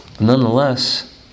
Nonetheless